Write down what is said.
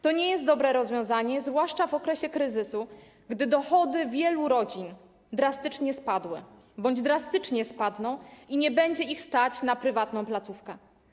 To nie jest dobre rozwiązanie, zwłaszcza w okresie kryzysu, gdy dochody wielu rodzin drastycznie spadły bądź drastycznie spadną i nie będzie ich stać na prywatną placówkę.